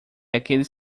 aqueles